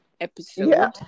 episode